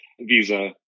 visa